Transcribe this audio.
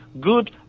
Good